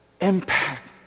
impact